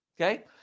Okay